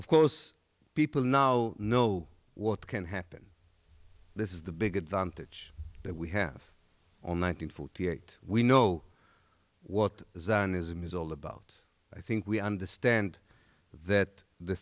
of course people now know what can happen this is the big advantage that we have on nine hundred forty eight we know what zionism is all about i think we understand that the